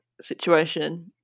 situation